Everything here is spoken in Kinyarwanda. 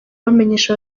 bamenyesha